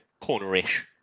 corner-ish